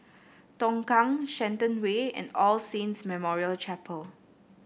Tongkang Shenton Way and All Saints Memorial Chapel